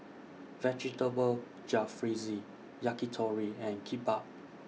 Vegetable Jalfrezi Yakitori and Kimbap